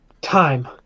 Time